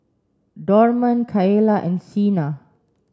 Dorman Kaela and Sina